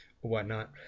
whatnot